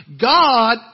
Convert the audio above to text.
God